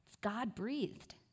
God-breathed